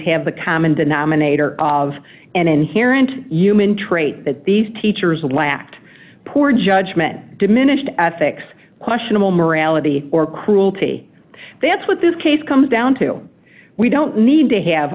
have the common denominator of an inherent human trait that these teachers lacked poor judgment diminished affix questionable morality or cruelty and that's what this case comes down to we don't need to have